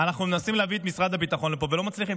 אנחנו מנסים להביא את משרד הביטחון לפה ולא מצליחים.